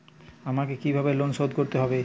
আমাকে কিভাবে লোন শোধ করতে হবে?